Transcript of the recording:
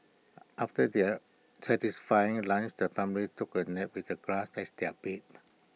after their satisfying lunch the family took A nap with the grass as their bed